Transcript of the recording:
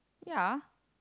ya